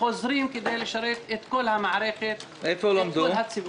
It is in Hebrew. וחוזרים כדי לשרת את כל המערכת- -- איפה למדו?